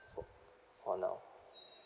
for for now